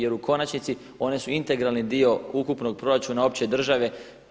Jer u konačnici one su integralni dio ukupnog proračuna opće države.